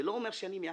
זה לא אומר שאני מעכב.